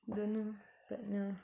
don't know but ya